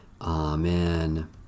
Amen